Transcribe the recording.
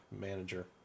manager